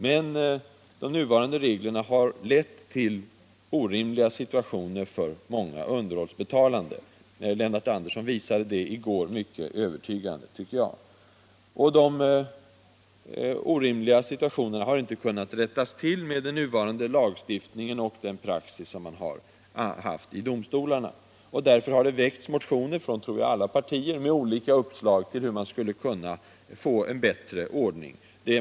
Men de nuvarande reglerna har lett till en orimlig situation för många underhållsbetalande. Herr Lennart Andersson visade det mycket övertygande i går. Detta har inte kunnat rättas till med den nuvarande lagstiftningen och med den praxis som man har haft i domstolarna. Därför har det väckts motioner från, tror jag, alla partier, med olika uppslag till en bättre ordning.